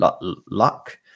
luck